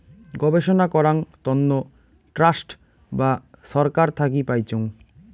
গবেষণা করাং তন্ন ট্রাস্ট বা ছরকার থাকি পাইচুঙ